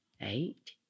Eight